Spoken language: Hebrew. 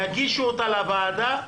יגישו אותה לוועדה,